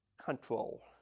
control